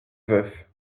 veuf